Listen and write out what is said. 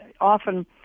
often